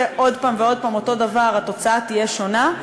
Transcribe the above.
עוד פעם ועוד פעם אותו דבר התוצאה תהיה שונה,